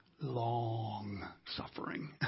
Long-suffering